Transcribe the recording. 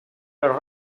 però